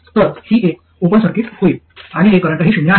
तर हा एक ओपन सर्किट होईल आणि हे करंटही शून्य आहे